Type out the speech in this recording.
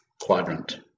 quadrant